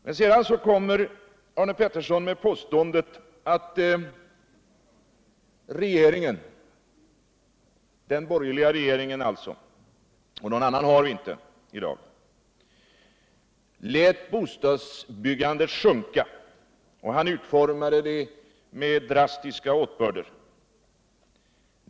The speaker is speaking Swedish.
Men sedan kom Arne Pettersson med påståendet att regeringen — den borgerliga regeringen alltså; någon annan regering har vi ju inte i dag — låtit 7 bostadsbyggandet sjunka. Han utformade sitt tal med drastiska åtbörder.